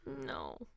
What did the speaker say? no